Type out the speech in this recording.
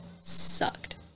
sucked